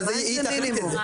נכון אבל זה יהיה מינימום.